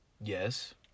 Yes